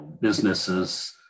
businesses